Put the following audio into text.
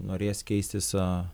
norės keistis